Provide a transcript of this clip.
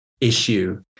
issue